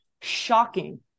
shocking